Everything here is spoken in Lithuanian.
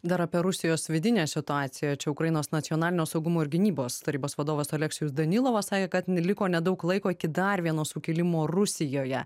dar apie rusijos vidinę situaciją čia ukrainos nacionalinio saugumo ir gynybos tarybos vadovas aleksejus danilovas sakė kad liko nedaug laiko iki dar vieno sukilimo rusijoje